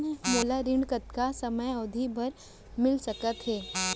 मोला ऋण कतना समयावधि भर मिलिस सकत हे?